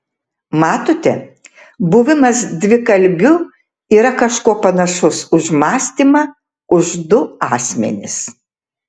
matote buvimas dvikalbiu yra kažkuo panašus už mąstymą už du asmenis